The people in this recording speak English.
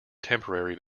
temporary